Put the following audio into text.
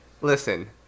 listen